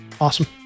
Awesome